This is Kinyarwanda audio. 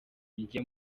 njya